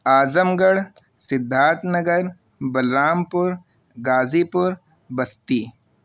Azam Garh Siddharth Nagar Balrampur Ghazipur Basti